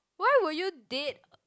why would you date